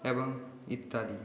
এবং ইত্যাদি